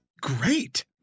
great